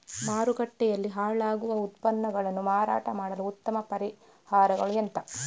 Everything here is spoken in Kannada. ಮಾರುಕಟ್ಟೆಯಲ್ಲಿ ಹಾಳಾಗುವ ಉತ್ಪನ್ನಗಳನ್ನು ಮಾರಾಟ ಮಾಡಲು ಉತ್ತಮ ಪರಿಹಾರಗಳು ಎಂತ?